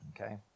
Okay